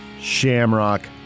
Shamrock